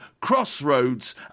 crossroads